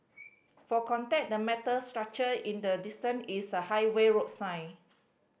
for context the metal structure in the distance is a highway road sign